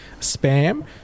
spam